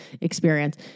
experience